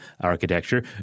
architecture